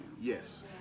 Yes